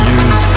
use